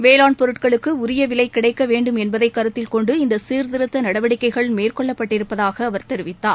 வேளாண் பொருட்களுக்கு உரிய விலை கிடைக்க வேண்டும் என்பதை கருத்தில் கொண்டு இந்த சீர்திருத்த நடவடிக்கைகள் மேற்கொள்ளப்பட்டிருப்பதாக அவர் தெரிவித்தார்